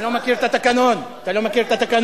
אתה לא מכיר את התקנון, אתה לא מכיר את התקנון.